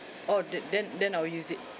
oh then then then I'll use it